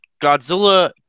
Godzilla